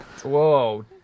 Whoa